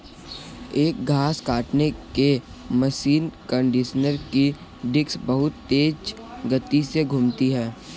एक घास काटने की मशीन कंडीशनर की डिस्क बहुत तेज गति से घूमती है